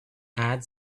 add